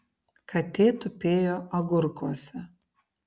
katė tupėjo agurkuose